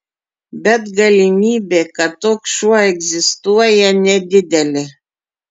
bet galimybė kad toks šuo egzistuoja nedidelė